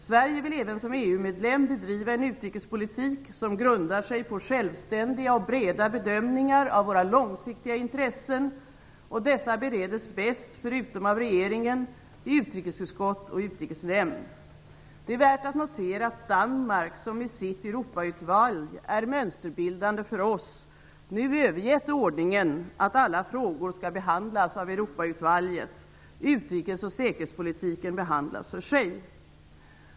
Sverige vill även som EU medlem bedriva en utrikespolitik som grundar sig på självständiga och breda bedömningar av våra långsiktiga intressen, och dessa bereds bäst, förutom av regeringen, i utrikesutskott och utrikesnämnd. Det är värt att notera att Danmark, som med sitt Europautvalg är mönsterbildande för oss, nu övergett ordningen att alla frågor skall behandlas av Europautvalget. Utrikes och säkerhetspolitiken behandlas för sig.